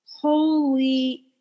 holy